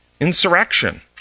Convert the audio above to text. Insurrection